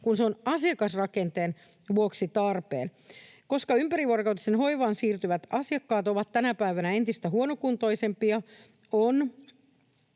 kun se on asiakasrakenteen vuoksi tarpeen. Koska ympärivuorokautiseen hoivaan siirtyvät asiakkaat ovat tänä päivänä entistä huonokuntoisempia, on